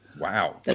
Wow